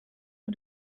for